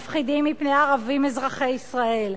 מפחידים מפני ערבים אזרחי ישראל,